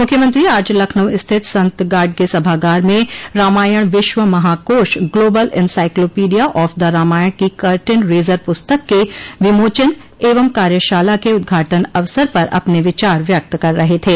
मुख्यमंत्री आज लखनऊ स्थित संत गाडगे सभागार में रामायण विश्व महाकोश global encyclopedia of the Ramayana की कर्टेन रेजर पुस्तक के विमोचन एवं कार्यशाला के उद्घाटन अवसर पर अपने विचार व्यक्त कर रहे थे